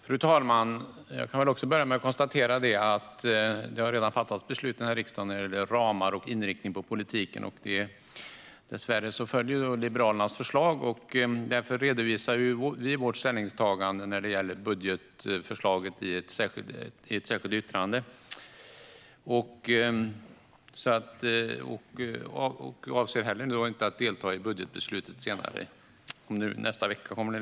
Fru talman! Jag kan väl också börja med att konstatera att det redan har fattats beslut i riksdagen när det gäller ramar och inriktning på politiken. Dessvärre föll Liberalernas förslag, och därför redovisar vi vårt ställningstagande när det gäller budgetförslaget i ett särskilt yttrande. Vi avser inte heller att delta i budgetbeslutet, vilket lär äga rum nästa vecka.